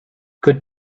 good